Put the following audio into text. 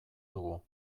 dugu